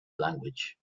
language